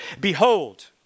Behold